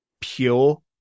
pure